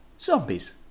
Zombies